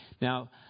Now